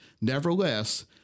nevertheless